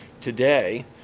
today